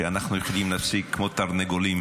שאנחנו יכולים להפסיק להתנצח כמו תרנגולים